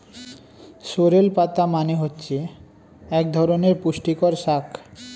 sorrel পাতা মানে হচ্ছে এক ধরনের পুষ্টিকর শাক